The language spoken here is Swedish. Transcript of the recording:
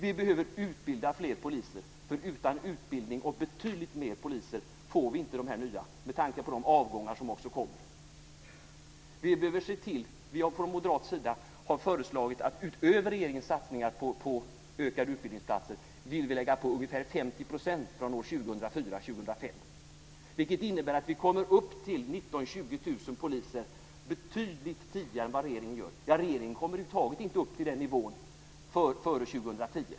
Vi behöver utbilda fler poliser, för utan utbildning och betydligt fler poliser får vi inte dessa nya poliser med tanke också på de avgångar som kommer. Från moderat sida vill vi utöver regeringens satsningar på ökade utbildningsplatser lägga på ungefär 50 % från år 2004-2005, vilket innebär att vi kommer upp till 19 000-20 000 poliser betydligt tidigare än med regeringens förslag. Ja, regeringen kommer över huvud taget inte upp till den nivån före 2010.